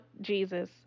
Jesus